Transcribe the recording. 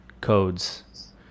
codes